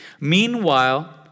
Meanwhile